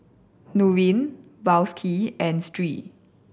Nurin Balqis and Sri